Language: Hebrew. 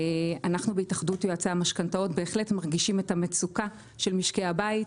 אנחנו בהתאחדות יועצי המשכנתאות בהחלט מרגישים את המצוקה של משקי הבית.